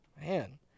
Man